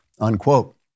unquote